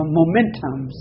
momentum